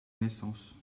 naissances